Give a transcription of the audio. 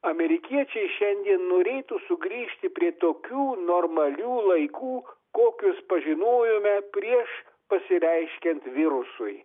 amerikiečiai šiandien norėtų sugrįžti prie tokių normalių laikų kokius pažinojome prieš pasireiškiant virusui